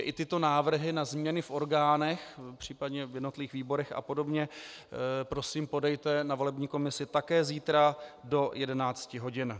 I tyto návrhy na změny v orgánech, případně v jednotlivých výborech a podobně, prosím podejte na volební komisi také zítra do 11 hodin.